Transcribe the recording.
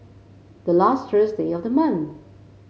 the last Thursday of the month